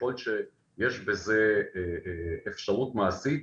ככל שיש בזה אפשרות מעשית,